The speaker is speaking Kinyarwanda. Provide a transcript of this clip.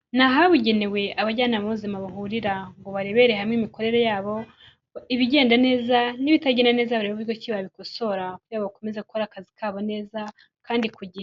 Ni ahabugenewe abajyanama b'ubuzima bahurira ngo barebere hamwe imikorere yabo, ibigenda neza n'ibitagenda neza barebe uburyoki babikosora bakomeze gukora akazi kabo neza kandi ku gihe.